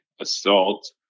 assault